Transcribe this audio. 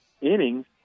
innings